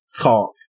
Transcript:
talk